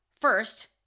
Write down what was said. First